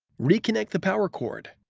reconnect the power cord.